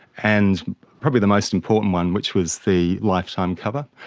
and probably the most important one which was the lifetime cover,